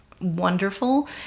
wonderful